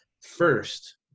first